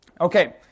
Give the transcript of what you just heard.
Okay